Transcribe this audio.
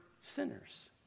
sinners